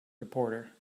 reporter